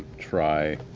try